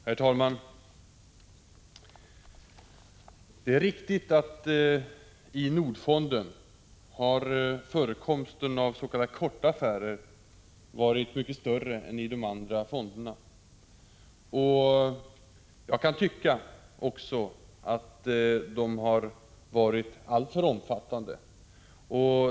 Herr talman! Det är riktigt att förekomsten av s.k. korta affärer har varit mycket större i Nordfonden än i de andra fonderna. Jag kan också tycka att de har varit alltför omfattande.